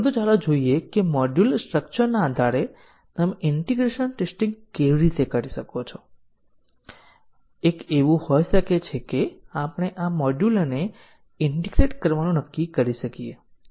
જો નહીં તો ટેસ્ટ સ્યુટને મજબૂત કરવા માટે ટેસ્ટ કેસ વધારાના ટેસ્ટ કેસ સાથે વધારવામાં આવશે જેથી ચોક્કસ પ્રકારની ખામી શોધી શકાય